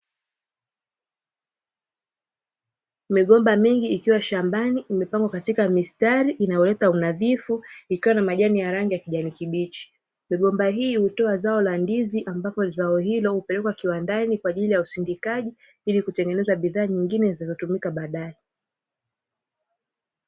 Migomba mingi ikiwa shambani imepangwa katika mistari inayoleta unadhifu ikiwa na majani ya rangi ya kijani kibichi, migomba hii hutoa zao la ndizi ambapo zao hilo hupelekwa kiwandani kwa ajili ya usindikaji ili kutengeneza bidhaa nyingine zitakazotumika baadae.